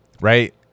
right